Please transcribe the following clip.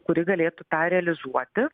kuri galėtų tą realizuoti